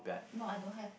no I don't have